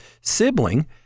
sibling